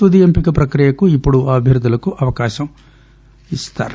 తుది ఎంపిక ప్రక్రియకు ఇప్పుడు ఈ అభ్యర్థులకు అవకాశం ఇస్తారు